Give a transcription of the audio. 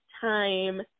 time